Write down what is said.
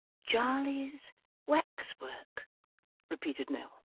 jarley's wax-work repeated nell.